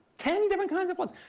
ten different kinds of plugs.